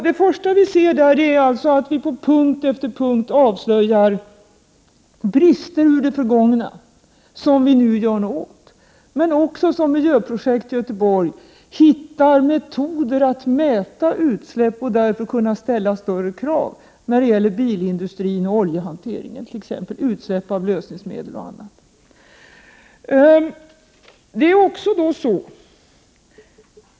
Det första vi då ser är att vi på punkt efter punkt avslöjar brister ur det förgångna som vi nu gör någonting åt. I fråga om miljöprojektet Göteborg gäller det också att hitta metoder att mäta utsläppen för att kunna ställa större krav när det gäller bilindustrin, oljehantering och utsläppen av lösningsmedel m.m.